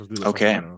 Okay